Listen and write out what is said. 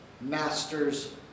master's